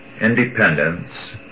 independence